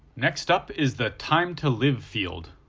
next up is the time to live field,